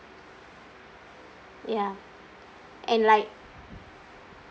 ya and like